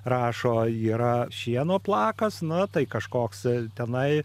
rašo yra šieno plakasi nu tai kažkoks tenai